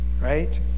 right